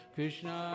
Krishna